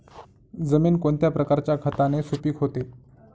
जमीन कोणत्या प्रकारच्या खताने सुपिक होते?